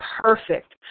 perfect